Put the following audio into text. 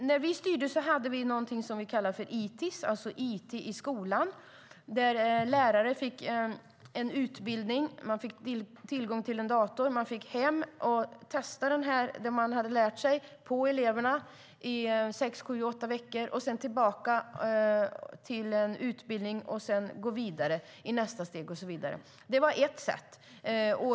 När vi styrde hade vi ITIS, it i skolan, där lärare gick en utbildning, fick med en dator hem och testade det de lärt sig på eleverna under sex åtta veckor. Sedan gick de vidare i nästa steg av utbildningen. Det var ett sätt.